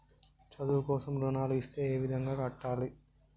చదువు కోసం రుణాలు ఇస్తే ఏ విధంగా కట్టాలి?